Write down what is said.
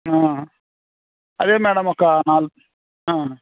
అదే మేడమ్ ఒక నాలుగు